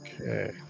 Okay